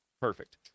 Perfect